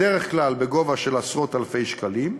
בדרך כלל בגובה של עשרות אלפי שקלים,